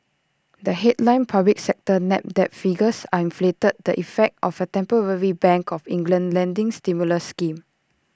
the headline public sector net debt figures are inflated the effect of A temporary bank of England lending stimulus scheme